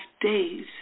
days